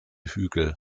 hügel